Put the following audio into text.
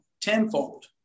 tenfold